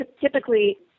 typically